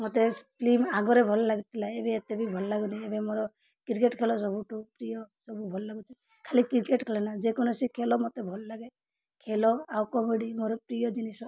ମୋତେ ଫିଲ୍ମ ଆଗରେ ଭଲ ଲାଗୁଥିଲା ଏବେ ଏତେ ବି ଭଲ ଲାଗୁନି ଏବେ ମୋର କ୍ରିକେଟ୍ ଖେଲ ସବୁଠୁ ପ୍ରିୟ ସବୁ ଭଲ ଲାଗୁଚି ଖାଲି କ୍ରିକେଟ୍ ଖେଲ ନା ଯେକୌଣସି ଖେଲ ମୋତେ ଭଲ ଲାଗେ ଖେଲ ଆଉ କବାଡ଼ି ମୋର ପ୍ରିୟ ଜିନିଷ